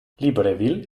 libreville